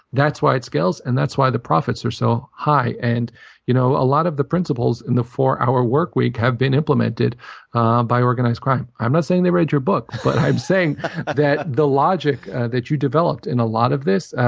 that's why it scales, and that's why the profits are so high. and you know a lot of the principles in the four-hour work week have been implemented by organized crime. i'm not saying they read your book, but i'm saying that the logic that you developed and a lot of this.